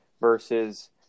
versus